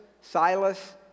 Silas